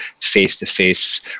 face-to-face